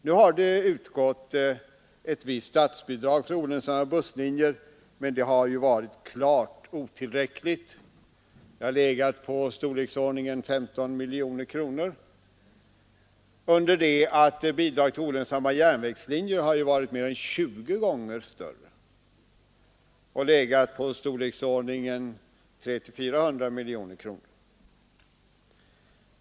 Det har utgått ett visst statsbidrag till olönsamma busslinjer, men det har varit klart otillräckligt och varit i storleksordningen 15 miljoner kronor under det att bidraget till olönsamma järnvägslinjer varit mer än 20 gånger större och varit i storleksordningen 300—-400 miljoner kronor.